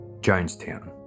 Jonestown